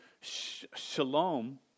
shalom